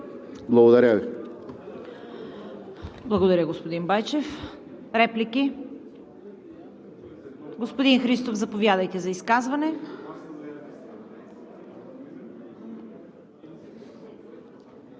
КАРАЯНЧЕВА: Благодаря, господин Байчев. Реплики? Господин Христов, заповядайте за изказване.